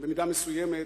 במידה מסוימת,